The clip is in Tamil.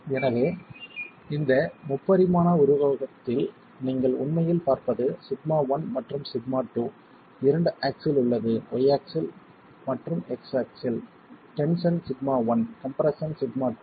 எனவே இந்த முப்பரிமாண உருவத்தில் நீங்கள் உண்மையில் பார்ப்பது σ1 மற்றும் σ2 இரண்டு ஆக்ஸில் உள்ளது y ஆக்ஸில் மற்றும் x ஆக்ஸில் டென்ஷன் σ1 கம்ப்ரெஸ்ஸன் σ2